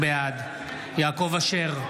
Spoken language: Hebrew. בעד יעקב אשר,